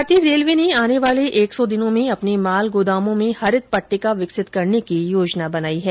भारतीय रेलवे ने आने वाले एक सौ दिनों में अपने माल गौदामों में हरित पट्टिका विकसित करने की योजना बनाई है